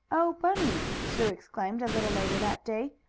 oh, bunny! sue exclaimed a little later that day,